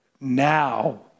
now